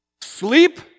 sleep